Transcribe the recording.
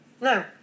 No